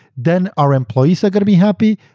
then our employees are going to be happy,